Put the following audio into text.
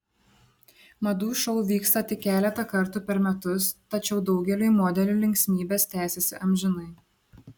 madų šou vyksta tik keletą kartų per metus tačiau daugeliui modelių linksmybės tęsiasi amžinai